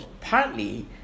partly